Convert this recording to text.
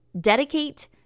Dedicate